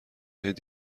نزد